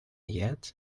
yet